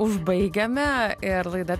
užbaigiame ir laida